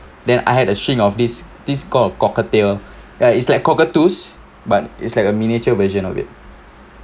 then I had a string of this this called a cockatiel ah it's like cockatoos but it's like a miniature version of it